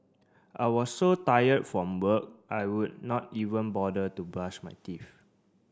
I was so tired from work I would not even bother to brush my teeth